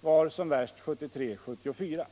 var som värst 1973/74.